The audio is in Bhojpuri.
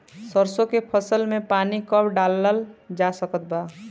सरसों के फसल में पानी कब डालल जा सकत बा?